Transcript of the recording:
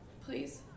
please